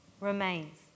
remains